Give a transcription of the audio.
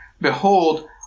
Behold